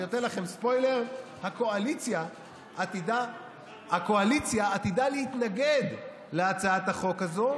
אני נותן לכם ספוילר: הקואליציה עתידה להתנגד להצעת החוק הזו,